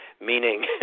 meaning